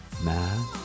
man